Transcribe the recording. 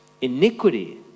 Iniquity